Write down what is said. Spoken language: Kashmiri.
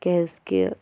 کیازِ کہِ